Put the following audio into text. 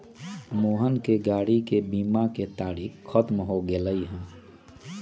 मोहन के गाड़ी के बीमा के तारिक ख़त्म हो गैले है